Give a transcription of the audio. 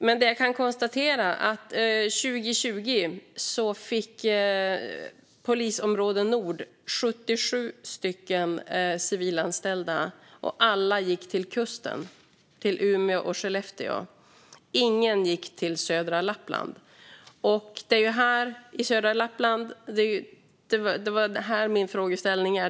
Men jag kan konstatera att 2020 fick polisområde Nord 77 civilanställda. Alla gick till kusten, till Umeå och Skellefteå. Ingen gick till södra Lappland. Och det är södra Lappland som min frågeställning gäller.